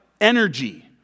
energy